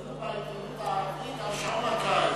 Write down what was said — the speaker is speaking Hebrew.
אבל פרסמו בעיתונות הערבית על שעון הקיץ,